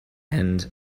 and